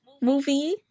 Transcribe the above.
movie